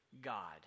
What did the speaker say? God